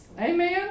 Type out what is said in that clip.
Amen